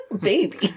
Baby